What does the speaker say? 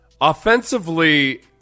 Offensively